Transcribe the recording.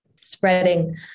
spreading